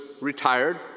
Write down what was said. retired